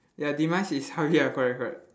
ya demise is how ya correct correct